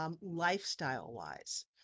lifestyle-wise